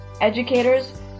educators